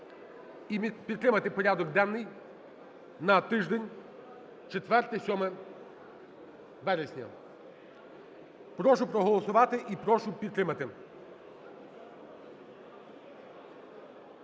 і підтримати порядок денний на тиждень 4-7 вересня. Прошу проголосувати і прошу підтримати.